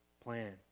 plan